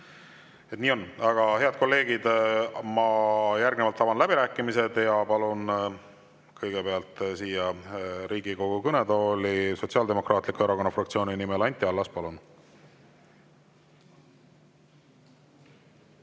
Nii on. Head kolleegid! Järgnevalt ma avan läbirääkimised ja palun kõigepealt Riigikogu kõnetooli Sotsiaaldemokraatliku Erakonna fraktsiooni nimel Anti Allase. Palun!